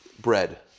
bread